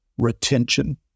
retention